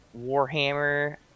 Warhammer